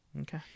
Okay